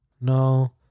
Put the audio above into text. No